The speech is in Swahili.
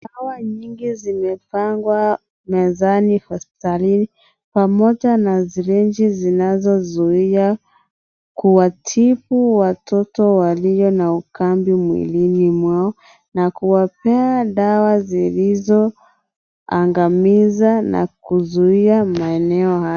Dawa nyingi zimepangwa mezani hospitalini. Pamoja na sirenji zinazozuia kuwatibu watoto walio na ukambi mwilini mwao. Na kuwapea dawa zilizoangamiza na kuzuia maeneo hayo.